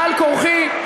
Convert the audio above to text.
בעל-כורחי,